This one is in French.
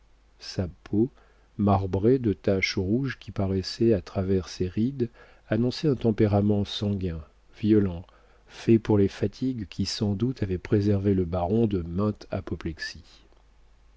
sa peau marbrée de taches rouges qui paraissaient à travers ses rides annonçait un tempérament sanguin violent fait pour les fatigues qui sans doute avaient préservé le baron de mainte apoplexie